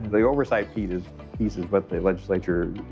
the oversight piece is piece is what the legislature